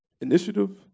initiative